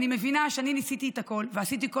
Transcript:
אני מבינה שניסיתי את הכול ועשיתי כל